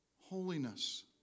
Holiness